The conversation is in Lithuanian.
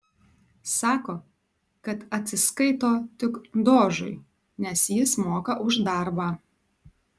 sako kad atsiskaito tik dožui nes jis moka už darbą